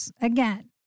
Again